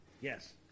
yes